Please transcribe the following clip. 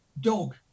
Dog